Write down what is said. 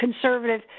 conservative